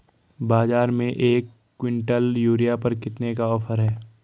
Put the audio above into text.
बाज़ार में एक किवंटल यूरिया पर कितने का ऑफ़र है?